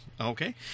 Okay